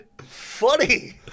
funny